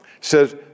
says